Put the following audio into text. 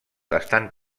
estan